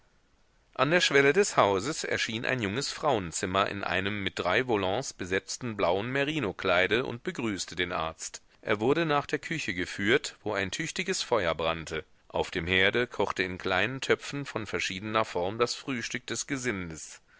an der schwelle des hauses erschien ein junges frauenzimmer in einem mit drei volants besetzten blauen merinokleide und begrüßte den arzt er wurde nach der küche geführt wo ein tüchtiges feuer brannte auf dem herde kochte in kleinen töpfen von verschiedener form das frühstück des gesindes